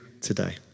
today